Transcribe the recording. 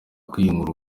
kwiyungura